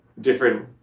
different